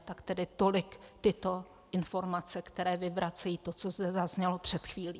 Tak tedy tolik tyto informace, které vyvracejí to, co zde zaznělo před chvílí.